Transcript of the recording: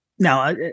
Now